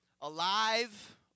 Alive